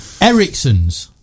ericsson's